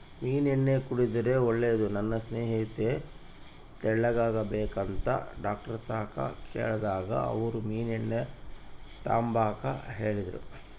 ಮೀನೆಣ್ಣೆ ಕುಡುದ್ರೆ ಒಳ್ಳೇದು, ನನ್ ಸ್ನೇಹಿತೆ ತೆಳ್ಳುಗಾಗ್ಬೇಕಂತ ಡಾಕ್ಟರ್ತಾಕ ಕೇಳ್ದಾಗ ಅವ್ರು ಮೀನೆಣ್ಣೆ ತಾಂಬಾಕ ಹೇಳಿದ್ರು